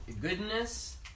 goodness